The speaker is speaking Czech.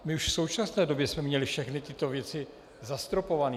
My už v současné době jsme měli všechny tyto věci zastropované.